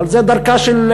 אבל זו דרכה של,